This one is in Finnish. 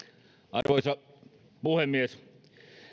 arvoisa puhemies